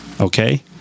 okay